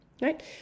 right